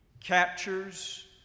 captures